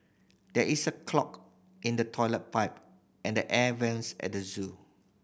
there is a clog in the toilet pipe and the air vents at the zoo